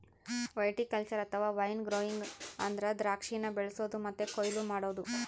viticulture ಅಥವಾ wine growing ಅಂದ್ರ ದ್ರಾಕ್ಷಿನ ಬೆಳಿಸೊದು ಮತ್ತೆ ಕೊಯ್ಲು ಮಾಡೊದು